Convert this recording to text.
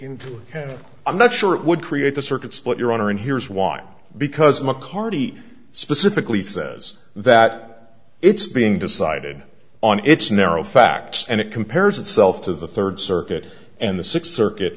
canada i'm not sure it would create the circuit split your honor and here's why because mccarty specifically says that it's being decided on its narrow facts and it compares itself to the third circuit and the sixth circuit